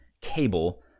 cable